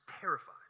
terrified